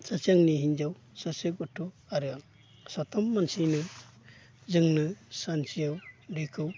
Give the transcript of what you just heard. सासे आंनि हिनजाव सासे गथ' आरो आं साथाम मानसिनो जोंनो सानसेयाव दैखौ